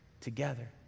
together